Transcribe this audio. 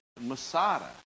Masada